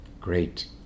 great